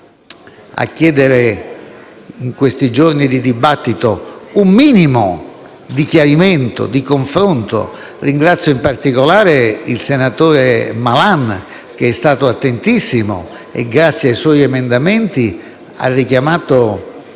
a chiedere, in questi giorni di dibattito, un minimo di chiarimento e di confronto, e ringrazio in particolare il senatore Malan, che è stato attentissimo e che con i suoi emendamenti ha richiamato